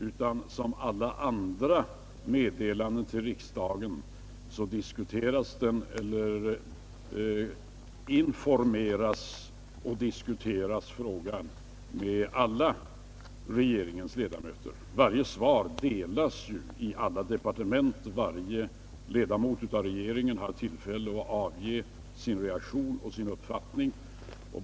Liksom alla andra meddelanden till riksdagen har frågesvaret delats i samtliga departement, och varje regeringsledamot har haft tillfälle att tillkännage sin uppfattning.